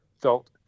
felt